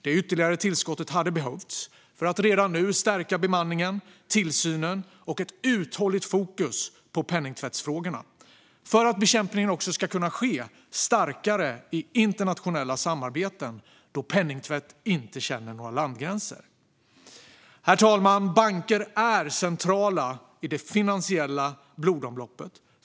Det ytterligare tillskottet hade behövts för att redan nu stärka bemanningen och tillsynen och för att ha ett uthålligt fokus på penningtvättsfrågorna så att bekämpningen också ska kunna ske starkare i internationella samarbeten, då penningtvätt inte känner några landgränser. Herr talman! Banker är centrala i det finansiella blodomloppet.